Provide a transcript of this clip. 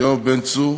יואב בן צור,